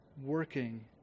working